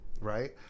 right